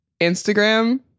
Instagram